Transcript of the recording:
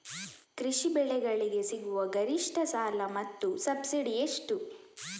ಕೃಷಿ ಬೆಳೆಗಳಿಗೆ ಸಿಗುವ ಗರಿಷ್ಟ ಸಾಲ ಮತ್ತು ಸಬ್ಸಿಡಿ ಎಷ್ಟು?